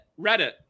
Reddit